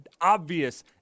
obvious